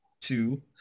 two